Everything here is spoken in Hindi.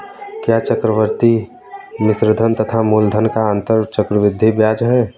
क्या चक्रवर्ती मिश्रधन तथा मूलधन का अंतर चक्रवृद्धि ब्याज है?